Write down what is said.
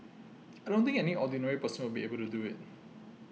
I don't think any ordinary person will be able to do it